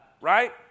right